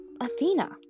Athena